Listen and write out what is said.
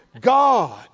God